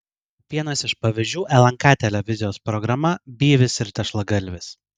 vienas iš pavyzdžių lnk televizijos programa byvis ir tešlagalvis